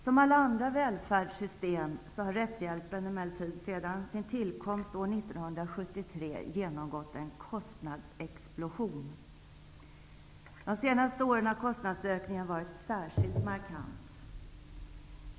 Som alla andra välfärdssystem har rättshjälpen emellertid sedan sin tillkomst år 1973 genomgått en kostnadsexplosion. De senaste åren har kostnadsökningen varit särskilt markant.